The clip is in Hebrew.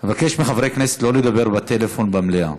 אבקש מחברי הכנסת לא לדבר בטלפון במליאה,